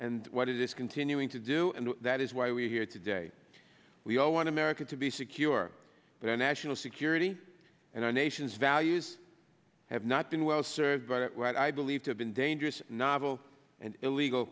and what it is continuing to do and that is why we're here today we all want to america to be secure but our national security and our nation's values have not been well served by what i believe have been dangerous novel and illegal